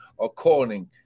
according